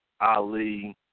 Ali